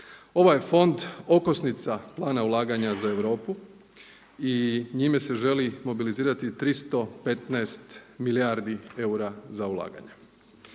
Ovaj je fond okosnica plana ulaganja za Europu i njime se želi mobilizirati 315 milijardi eura za ulaganje.